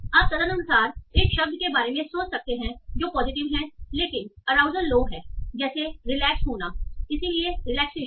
और आप तदनुसार एक शब्द के बारे में सोच सकते हैं जो पॉजिटिव है लेकिन अराउजल लो है जैसे रिलैक्स होना इसलिए रिलैक्सेशन